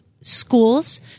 schools